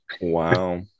Wow